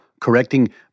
correcting